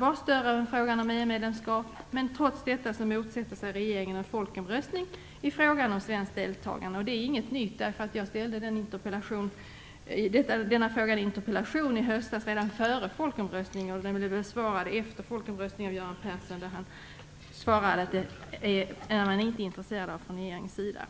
var större än frågan om EU medlemskap. Men trots detta motsätter sig regeringen en folkomröstning i frågan om svenskt deltagande. Det är inget nytt. Jag ställde en fråga om detta i en interpellation redan före folkomröstningen förra hösten. Den blev besvarad efter folkomröstningen av Göran Persson. Han svarade att man från regeringens sida inte är intresserad av en folkomröstning om deltagande i EMU.